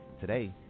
Today